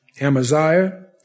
Amaziah